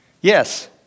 Yes